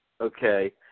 okay